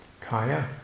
kaya